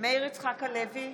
מאיר יצחק הלוי,